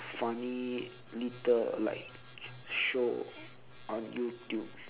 funny little like show on youtube